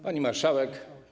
Pani Marszałek!